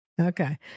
Okay